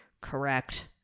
Correct